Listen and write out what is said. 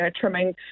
trimming